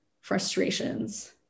frustrations